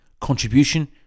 contribution